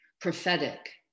prophetic